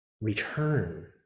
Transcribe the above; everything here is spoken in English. return